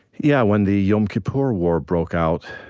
yeah. when the yom kippur war broke out,